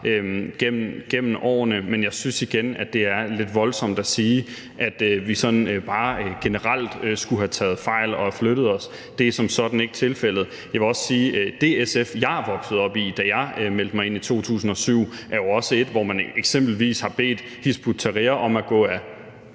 gennem årene, men jeg synes igen, at det er lidt voldsomt at sige, at vi sådan bare generelt skulle have taget fejl og have flyttet os. Det er som sådan ikke tilfældet. Jeg vil også sige, at det SF, jeg er vokset op i, fra da jeg meldte mig ind i 2007, jo også er et, hvor man eksempelvis har bedt Hizb ut-Tahrir om at gå ad